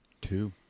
Two